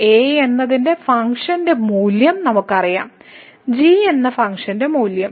a എന്നതിലെ ഫംഗ്ഷന്റെ മൂല്യം നമുക്കറിയാം g എന്ന ഫംഗ്ഷന്റെ മൂല്യം